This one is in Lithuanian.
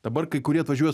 dabar kai kurie atvažiuoja